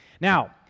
Now